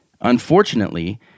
Unfortunately